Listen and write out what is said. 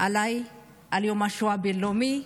מתי שמעתי על יום השואה הבין-לאומי.